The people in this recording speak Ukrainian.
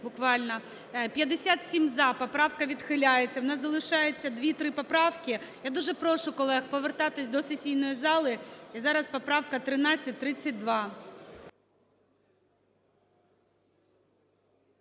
За-57 Поправка відхиляється. В нас залишається 2-3 поправки. Я дуже прошу колег повертатися до сесійної зали. І зараз поправка 1332